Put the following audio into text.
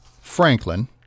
Franklin